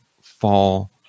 fall